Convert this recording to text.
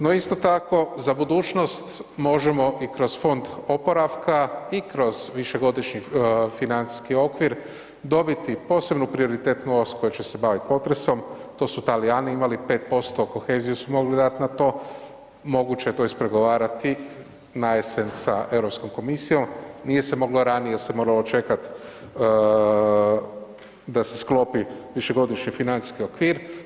No isto tako za budućnost možemo i kroz Fond oporavka i kroz višegodišnji financijski okvir dobiti posebnu prioritetnu os koja će se bavit potresom, to su Talijani imali 5% kohezije su mogli dat na to, moguće je to ispregovarati najesen sa Europskom komisijom, nije se moglo ranije jer se moralo čekat da se sklopi višegodišnji financijski okvir.